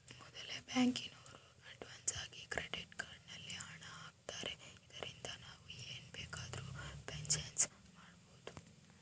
ಮೊದಲೆ ಬ್ಯಾಂಕಿನೋರು ಅಡ್ವಾನ್ಸಾಗಿ ಕ್ರೆಡಿಟ್ ಕಾರ್ಡ್ ನಲ್ಲಿ ಹಣ ಆಗ್ತಾರೆ ಇದರಿಂದ ನಾವು ಏನ್ ಬೇಕಾದರೂ ಪರ್ಚೇಸ್ ಮಾಡ್ಬಬೊದು